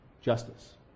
Justice